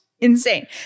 Insane